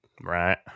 Right